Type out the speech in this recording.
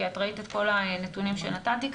כי את ראית את כל הנתונים שנתתי כאן,